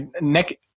Nick